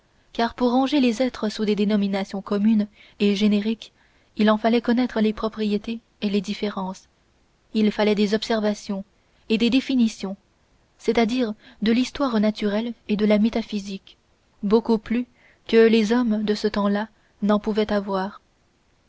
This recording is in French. car pour ranger les êtres sous des dénominations communes et génériques il en fallait connaître les propriétés et les différences il fallait des observations et des définitions c'est-à-dire de l'histoire naturelle et de la métaphysique beaucoup plus que les hommes de ce temps-là n'en pouvaient avoir